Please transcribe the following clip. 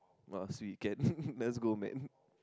last weekend let's go man